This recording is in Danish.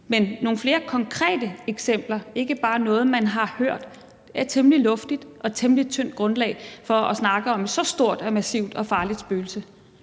nogle flere konkrete eksempler og ikke bare noget, man har hørt. Det er et temmelig luftigt og temmelig tyndt grundlag for at snakke om et så stort og massivt og farligt spøgelse.